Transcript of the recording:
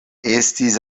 estis